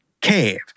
cave